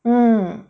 mm